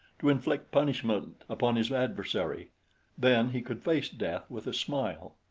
to inflict punishment upon his adversary then he could face death with a smile.